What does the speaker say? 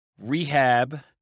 Rehab